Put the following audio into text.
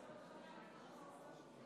הצעת חוק קליטת חיילים משוחררים